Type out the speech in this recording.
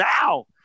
now